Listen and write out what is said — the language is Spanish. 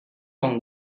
con